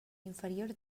inferior